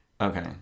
Okay